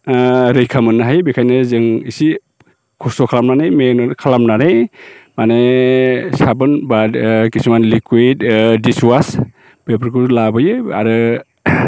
रैखा मोननो हायो बेखायनो जों इसे खस्थ' खालामनानै मेहनात खालामनानै माने साबोन एबा किसुमान लिक्युइड डिस अवास बेफोरखौ लाबोयो आरो